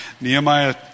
Nehemiah